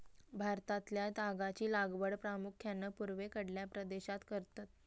भारतातल्या तागाची लागवड प्रामुख्यान पूर्वेकडल्या प्रदेशात करतत